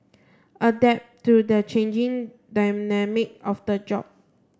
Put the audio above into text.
adapt to the changing dynamic of the job